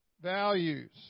values